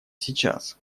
сейчас